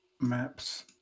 maps